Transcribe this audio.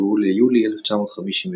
שנקבעו ליולי 1956.